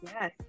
yes